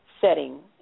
setting